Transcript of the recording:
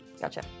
Gotcha